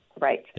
Right